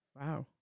Wow